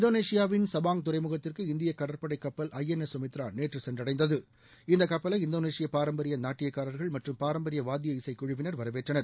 இந்தோனேஷியாவின் சாபாங் துறைமுகத்திற்கு இந்திய கடற்படைக் கப்பல் ஐ என் எஸ் சுமித்ரா நேற்று சென்றடைந்தது இந்த கப்பலை இந்தோனேஷிய பாரம்பரிய நாட்டியக்காரர்கள் மற்றும் பாரம்பரிய வாத்திய இசைக் குழுவினர் வரவேற்றனர்